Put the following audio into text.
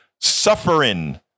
suffering